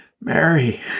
Mary